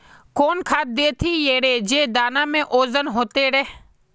कौन खाद देथियेरे जे दाना में ओजन होते रेह?